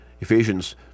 Ephesians